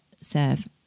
serve